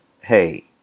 hey